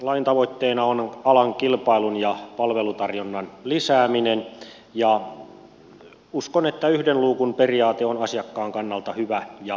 lain tavoitteena on alan kilpailun ja palvelutarjonnan lisääminen ja uskon että yhden luukun periaate on asiakkaan kannalta hyvä ja käytännöllinen asia